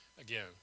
Again